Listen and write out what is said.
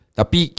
tapi